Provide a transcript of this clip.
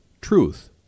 truth